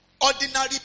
Ordinary